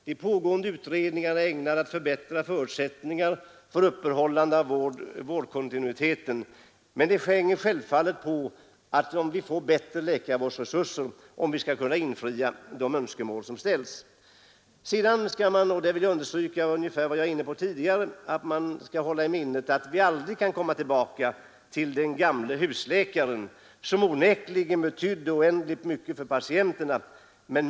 De pågående utredningarna är ägnade att förbättra förutsättningarna för upprätthållande av vårdkontinuitet, men huruvida vi skall kunna infria de önskemål som ställts är självfallet avhängigt av att vi får bättre läkarvårdsresurser. Jag vill understryka att vi aldrig kan komma tillbaka till systemet med den gamla husläkaren, som onekligen betydde oändligt mycket för patienterna.